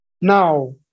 Now